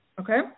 okay